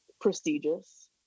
prestigious